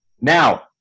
Now